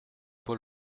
paul